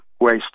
waste